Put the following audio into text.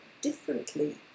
differently